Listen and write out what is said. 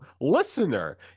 listener